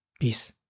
Peace